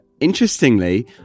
interestingly